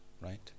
right